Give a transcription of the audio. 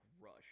Rush